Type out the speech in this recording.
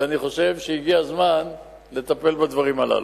ואני חושב שהגיע הזמן לטפל בדברים הללו.